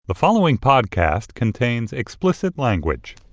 the following podcast contains explicit language